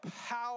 power